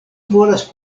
volas